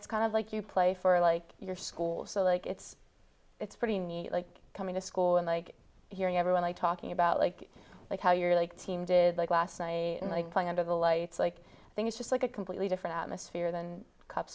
it's kind of like you play for like your school so like it's it's pretty neat like coming to school and like hearing everyone i talking about like like how your team did like last night and like playing under the lights like i think it's just like a completely different atmosphere than cup